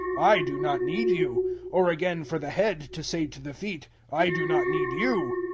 i do not need you or again for the head to say to the feet, i do not need you.